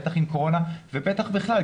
בטח בגלל הקורונה ובטח בכלל,